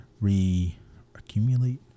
re-accumulate